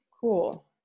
Cool